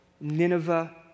Nineveh